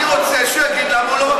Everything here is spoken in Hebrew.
אני רוצה שהוא יגיד למה הוא לא מפיל את,